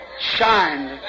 shine